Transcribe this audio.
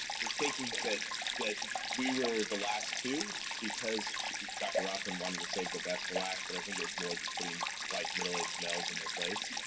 thinking that that we were the last two, because dr. rothman wanted to save the best for last, but i think it was more just putting white, middle-aged males in their place.